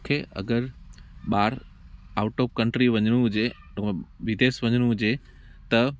मूंखे अगरि ॿाहिरि आउट ऑफ कंट्री वञिणो हुजे विदेश वञिणो हुजे त